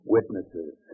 Witnesses